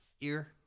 ear